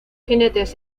jinetes